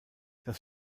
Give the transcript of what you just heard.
das